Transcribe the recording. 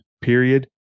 Period